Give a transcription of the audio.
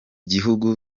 gihugu